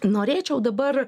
norėčiau dabar